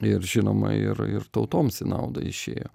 ir žinoma ir ir tautoms į naudą išėjo